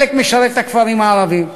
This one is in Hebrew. חלק משרת את הכפרים הערביים.